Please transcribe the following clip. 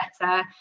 better